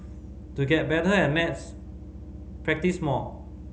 to get better at maths practise more